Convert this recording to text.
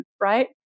right